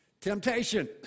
temptation